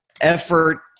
effort